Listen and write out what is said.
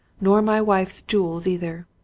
nor my wife's jewels either.